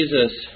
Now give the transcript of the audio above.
Jesus